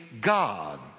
God